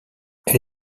elle